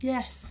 Yes